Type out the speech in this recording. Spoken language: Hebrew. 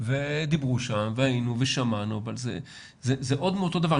ודיברו שם והיינו ושמענו, אבל זה עוד מאותו דבר.